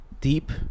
deep